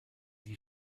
die